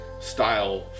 style